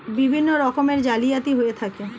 বিভিন্ন রকমের জালিয়াতি হয়ে থাকে